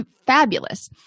fabulous